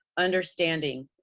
understanding,